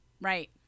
right